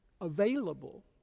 Available